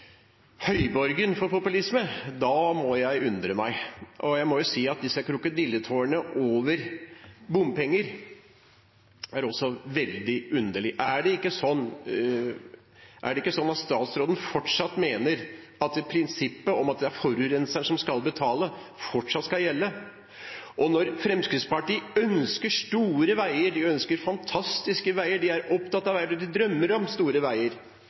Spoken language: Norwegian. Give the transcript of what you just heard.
høyborgen for populisme, bruker det uttrykket, må jeg undre meg, og jeg må si at krokodilletårene over bompenger også er veldig underlige. Mener ikke statsråden fortsatt at prinsippet om at det er forurenseren som skal betale, skal gjelde? Og når Fremskrittspartiet ønsker store veier – de ønsker fantastiske veier, de er opptatt av veier, de drømmer om store